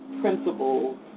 principles